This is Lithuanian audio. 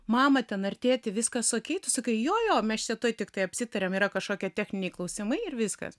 mama ten ar tėti viskas okei jo jo mes čia tuoj tiktai apsitariam yra kažkokie techniniai klausimai ir viskas